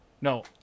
no